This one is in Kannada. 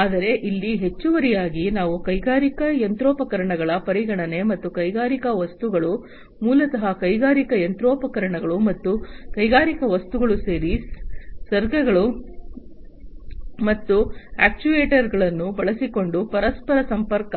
ಆದರೆ ಇಲ್ಲಿ ಹೆಚ್ಚುವರಿಯಾಗಿ ನಾವು ಕೈಗಾರಿಕಾ ಯಂತ್ರೋಪಕರಣಗಳ ಪರಿಗಣನೆ ಮತ್ತು ಕೈಗಾರಿಕಾ ವಸ್ತುಗಳು ಮೂಲತಃ ಕೈಗಾರಿಕಾ ಯಂತ್ರೋಪಕರಣಗಳು ಮತ್ತು ಕೈಗಾರಿಕಾ ವಸ್ತುಗಳು ಸರಿ ಸರ್ಗಳು ಮತ್ತು ಅಕ್ಚುಯೆಟರ್ಸ್ಗಳನ್ನು ಬಳಸಿಕೊಂಡು ಪರಸ್ಪರ ಸಂಪರ್ಕ